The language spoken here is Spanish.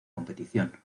competición